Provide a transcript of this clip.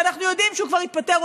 שאנחנו יודעים שהוא כבר התפטר,